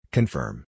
Confirm